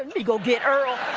me go get earl!